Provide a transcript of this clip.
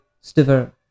Stiver